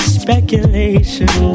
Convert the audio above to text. speculation